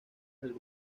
del